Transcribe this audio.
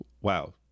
wow